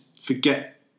forget